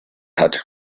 hat